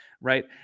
right